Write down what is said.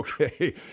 Okay